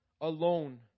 alone